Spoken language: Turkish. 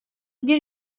bir